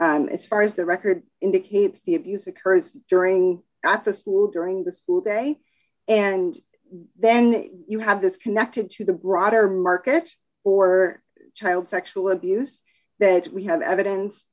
as far as the record indicates the abuse occurred during apostol during the school day and then you have this connected to the broader market or child sexual abuse that we have evidence